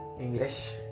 English